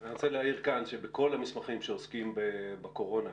אני רוצה להעיר כאן שבכל המסמכים שעוסקים בקורונה,